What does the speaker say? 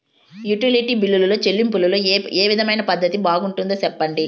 Utility బిల్లులో చెల్లింపులో ఏ విధమైన పద్దతి బాగుంటుందో సెప్పండి?